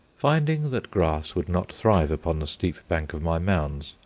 finding that grass would not thrive upon the steep bank of my mounds,